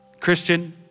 Christian